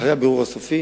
אחרי הבירור הסופי